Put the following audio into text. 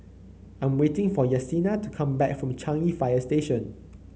I'm waiting for Yessenia to come back from Changi Fire Station